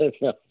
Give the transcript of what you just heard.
No